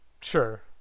sure